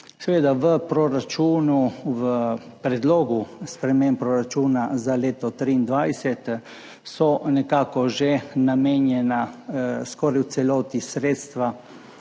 Sloveniji. V predlogu sprememb proračuna za leto 2023 so že namenjena skoraj v celoti sredstva